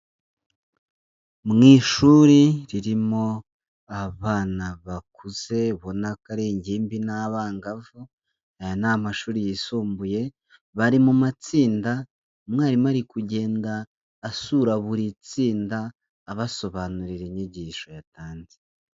Mu ishuri ririmo abana bakuze ubona ko ari ingimbi n'abangavu, aya ni amashuri yisumbuye, bari mu matsinda umwarimu ari kugenda asura buri tsinda abasobanurira inyigisho yatanze.